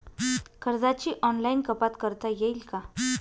कर्जाची ऑनलाईन कपात करता येईल का?